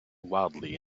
wildly